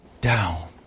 down